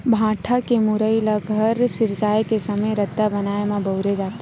भाठा के मुरमी ल घर सिरजाए के समे रद्दा बनाए म बउरे जाथे